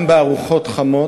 גם בארוחות חמות,